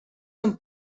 són